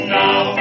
now